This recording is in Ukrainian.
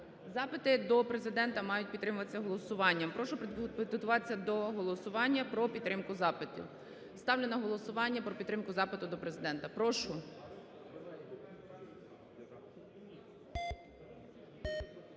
Запити до Президента мають підтримуватися голосуванням. Прошу приготуватися до голосування про підтримку запитів. Ставлю на голосування про підтримку запиту до Президента. Прошу.